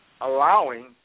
allowing